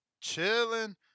Chilling